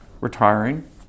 retiring